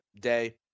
day